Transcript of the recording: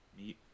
meet